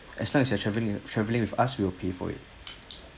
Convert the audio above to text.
you're travelling travelling with us we'll pay for it